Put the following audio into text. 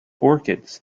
orchids